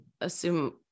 assume